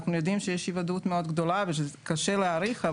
אנחנו יודעים שיש אי ודאות מאוד גדולה ושקשה להעריך,